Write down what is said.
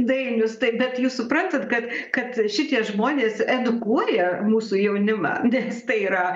dainius tai bet jūs suprantat kad kad šitie žmonės edukuoja mūsų jaunimą nes tai yra